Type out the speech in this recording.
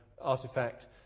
artifact